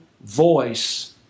voice